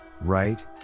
right